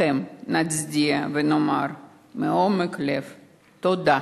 לכם נצדיע ונאמר מעומק הלב: תודה,